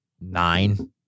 nine